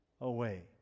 away